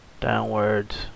downwards